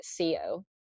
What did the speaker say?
co